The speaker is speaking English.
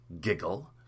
Giggle